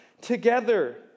together